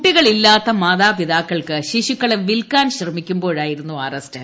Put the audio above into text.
കുട്ടികൾ ഇല്ലാത്ത മാതാപിതാക്കൾക്ക് ശിശുക്കളെ വിൽക്കാൻ ശ്രമിക്കുമ്പോഴായിരുന്നു അറസ്റ്റ്